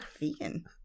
Vegan